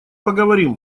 поговорим